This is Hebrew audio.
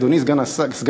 אדוני סגן השר,